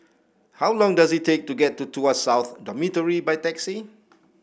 how long does it take to get to Tuas South Dormitory by taxi